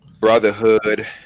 Brotherhood